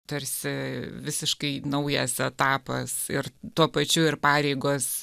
tarsi visiškai naujas etapas ir tuo pačiu ir pareigos